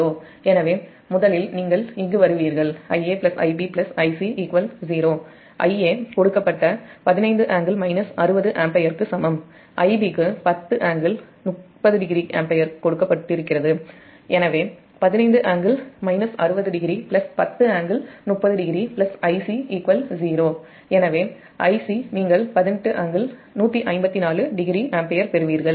எனவே முதலில் நீங்கள் இங்கு வருவீர்கள் Ia Ib Ic 0 Ia கொடுக்கப்பட்ட 15∟ 60oஆம்பியர்க்கு சமம் Ib க்கு 10 ∟30oஆம்பியர் கொடுக்கப்படுகிறது எனவே 15∟ 60o 10 ∟30o Ic 0 எனவே நீங்கள் Ic 18 ∟154o ஆம்பியர் பெறுவீர்கள்